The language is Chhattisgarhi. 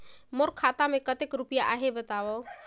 मोर खाता मे कतेक रुपिया आहे बताव?